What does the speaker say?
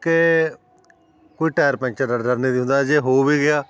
ਕਿ ਕੋਈ tyre puncture ਦਾ ਡਰ ਨਹੀਂ ਤੀ ਹੁੰਦਾ ਜੇ ਹੋ ਵੀ ਗਿਆ